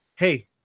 Hey